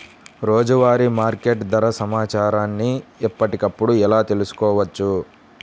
రోజువారీ మార్కెట్ ధర సమాచారాన్ని ఎప్పటికప్పుడు ఎలా తెలుసుకోవచ్చు?